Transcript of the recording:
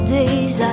days